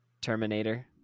Terminator